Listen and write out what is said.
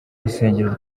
rusengero